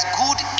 good